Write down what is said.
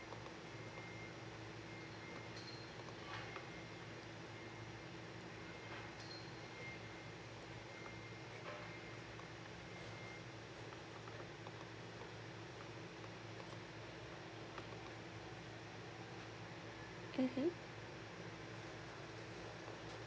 mmhmm